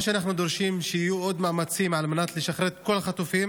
אנחנו דורשים שיהיו עוד מאמצים לשחרר את כל החטופים